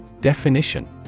Definition